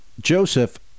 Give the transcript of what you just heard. Joseph